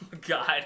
God